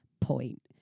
point